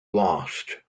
lost